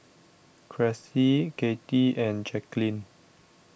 Cressie Kathy and Jaqueline